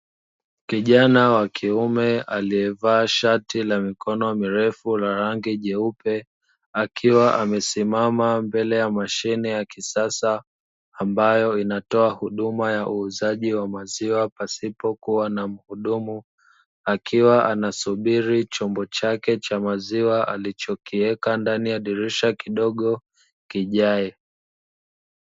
Kijana wa kiume alievaa shati la mikono mirefu la rangi jeupe akiwa amesimama mbele ya mashine ya kisasa, ambayo inatoa huduma ya uuzaji wa maziwa pasipo kuwa na muhudumu, akiwa anasubiri chombo chake cha maziwa alichokiweka ndani ya dirisha kidogo kijae.